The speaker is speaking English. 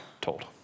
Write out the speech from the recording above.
told